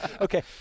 Okay